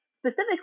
Specifically